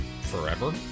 forever